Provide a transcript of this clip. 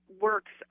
works